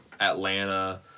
Atlanta